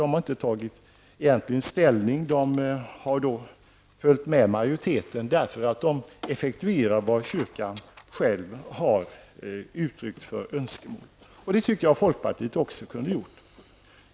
De har egentligen inte tagit ställning, utan de har följt majoriteten, eftersom de då effektuerar de önskemål som kyrkan själv har uttryckt. Jag menar att också folkpartiet kunde ha gjort det.